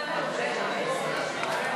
להגברת התחרות